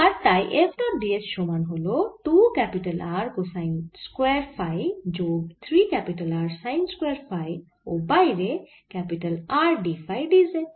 আর তাই F dot ds সমান হল 2 R কোসাইন স্কয়ার ফাই যোগ 3 R সাইন স্কয়ার ফাই ও বাইরে R d phi d z